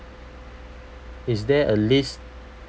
is there a list